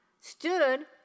stood